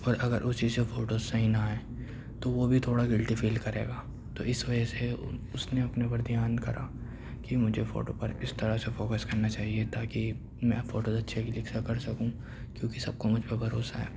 اور اگر اُسی سے فوٹوز صحیح نہ آئیں تو وہ بھی تھوڑا گلٹی فِیل کرے گا تو اِس وجہ سے اُس نے اپنے پر دھیان کرا کہ مجھے فوٹو پر اِس طرح سے فوکس کرنا چاہیے تاکہ میں فوٹوز اچھے کِلک سا کر سکوں کیونکہ سب کو مجھ پہ بھروسا ہے